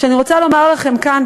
ואני רוצה לומר לכם כאן,